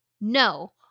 no